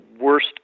worst